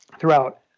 throughout